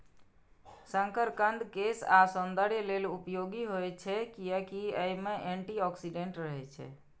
शकरकंद केश आ सौंदर्य लेल उपयोगी होइ छै, कियैकि अय मे एंटी ऑक्सीडेंट रहै छै